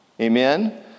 Amen